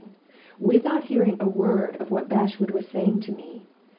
without hearing a word of what bashwood was saying to me,